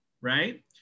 right